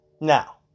Now